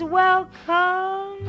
welcome